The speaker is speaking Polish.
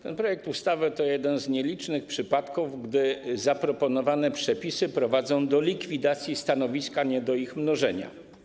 Ten projekt ustawy to jeden z nielicznych przypadków, w których zaproponowane przepisy prowadzą do likwidacji stanowisk, a nie do ich mnożenia.